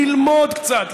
ללמוד קצת,